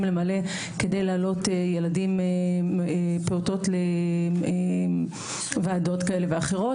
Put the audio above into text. למלא כדי להעלות פעוטות לוועדות כאלה ואחרות,